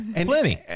Plenty